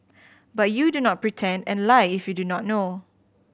but you do not pretend and lie if you do not know